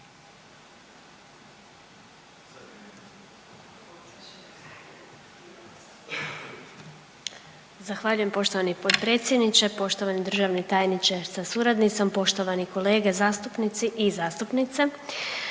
Zahvaljujem poštovani potpredsjedniče. Poštovani državni tajniče sa suradnicom, poštovani kolege zastupnici i zastupnice.